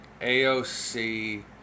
AOC